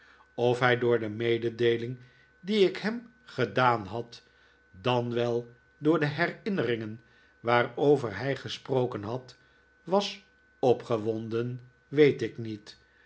of hij door de mededeeling die ik hem gedaan had dan wel door de herinneringen waarover hij gesproken had was opgewonden weet ik niet